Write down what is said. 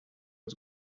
was